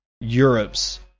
Europe's